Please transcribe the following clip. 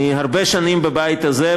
אני הרבה שנים בבית הזה,